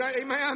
Amen